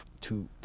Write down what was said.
two